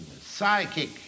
psychic